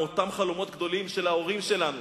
מאותם חלומות גדולים של ההורים שלנו.